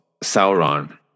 Sauron